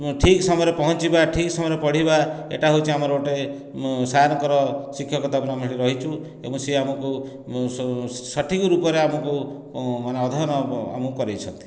ଠିକ୍ ସମୟରେ ପହଞ୍ଚିବା ଠିକ୍ ସମୟରେ ପଢ଼ିବା ଏଇଟା ହେଉଛି ଆମର ଗୋଟିଏ ସାରଙ୍କର ଶିକ୍ଷକତା କ୍ରମରେ ରହିଛୁ ଏବଂ ସିଏ ଆମକୁ ସଠିକ ରୂପରେ ଆମକୁ ଅଧ୍ୟୟନ ଆମକୁ କରେଇଛନ୍ତି